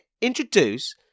introduce